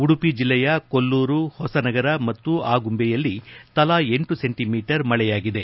ಉಡುಪಿ ಜಿಲ್ಲೆಯ ಕೊಲ್ಲೂರು ಹೊಸನಗರ ಮತ್ತು ಆಗುಂಬೆಯಲ್ಲಿ ತಲಾ ಲ ಸೆಂಟಿ ಮೀಟರ್ ಮಳೆಯಾಗಿದೆ